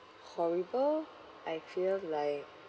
horrible I feel like